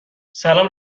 سلام